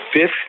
fifth